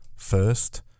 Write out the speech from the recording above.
first